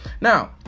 Now